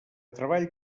treball